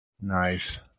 Nice